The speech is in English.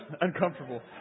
Uncomfortable